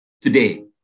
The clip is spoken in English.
Today